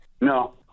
No